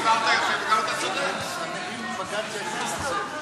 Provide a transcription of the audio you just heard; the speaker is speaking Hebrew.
דיברת דברים, אמרו לי שאתם לא,